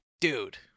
Dude